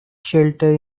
shelter